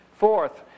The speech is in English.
Fourth